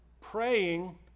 praying